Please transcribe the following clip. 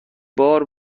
بار